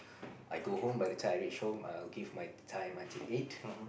I go home by the time I reach home I'll give my time until eight